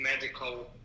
medical